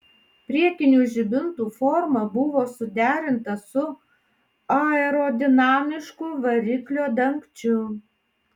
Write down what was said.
priekinių žibintų forma buvo suderinta su aerodinamišku variklio dangčiu